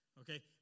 Okay